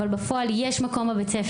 אבל בפועל יש מקום בבית הספר.